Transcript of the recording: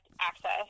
access